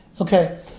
Okay